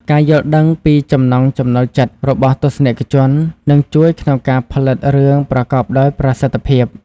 ការយល់ដឹងពីចំណង់ចំណូលចិត្តរបស់ទស្សនិកជននឹងជួយក្នុងការផលិតរឿងប្រកបដោយប្រសិទ្ធភាព។